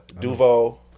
Duval